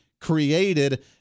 created